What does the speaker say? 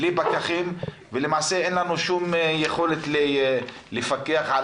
בלי פקחים ולמעשה אין לנו שום יכולת לפקח על